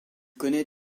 connaît